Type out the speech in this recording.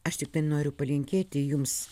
aš tiktai noriu palinkėti jums